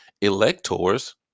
electors